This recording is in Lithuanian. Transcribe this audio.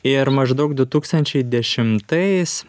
ir maždaug du tūkstančiai dešimtais